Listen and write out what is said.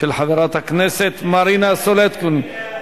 של חברת הכנסת מרינה סולודקין.